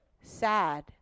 sad